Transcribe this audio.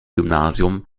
gymnasium